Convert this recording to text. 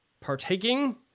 partaking